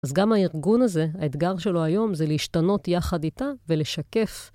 אז גם הארגון הזה, האתגר שלו היום זה להשתנות יחד איתה ולשקף.